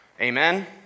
Amen